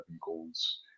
goals